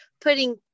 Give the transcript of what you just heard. putting